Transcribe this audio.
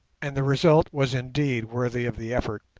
and the result was indeed worthy of the effort,